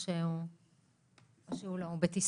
בטיסה.